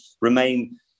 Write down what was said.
remain